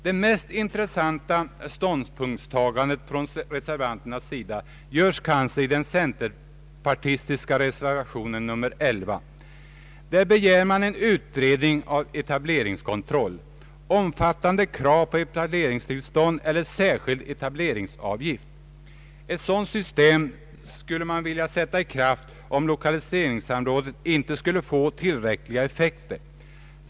Det mest intressanta ståndpunktstagandet från reservanternas sida görs kanske i den centerpartistiska reservationen nr 11. Där begär man en utredning om etableringskontroll, innefattande krav på etableringstillstånd eller särskild etableringsavgift. Ett sådant system tycks man vilja sätta i kraft, om Ang. lokaliseringssamråd, m.m. lokaliseringssamrådet inte skulle få tillräckliga effekter.